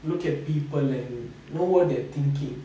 look at people and know what they are thinking